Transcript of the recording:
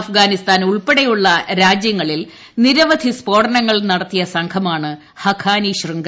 അഫ്ഗാനിസ്ഥാൻ ഉൾപ്പെടെയുള്ള രാജ്യങ്ങളിൽ നിരവധി സ്ഫോടനങ്ങൾ നടത്തിയ സംഘമാണ് ഹഖാനി ശൃംഖല